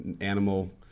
animal